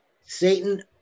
Satan